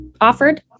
offered